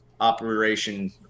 operation